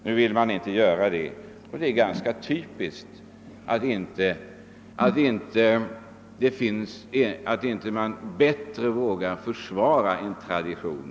Nu vill den inte göra det, och jag tycker det är typiskt att man inte vågar försvara en tradition.